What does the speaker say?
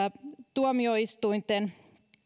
tuomioistuinten